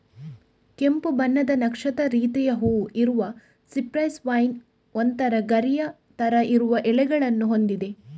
ಕೆಂಪು ಬಣ್ಣದ ನಕ್ಷತ್ರದ ರೀತಿಯ ಹೂವು ಇರುವ ಸಿಪ್ರೆಸ್ ವೈನ್ ಒಂತರ ಗರಿಯ ತರ ಇರುವ ಎಲೆಗಳನ್ನ ಹೊಂದಿದೆ